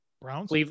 Browns